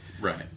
Right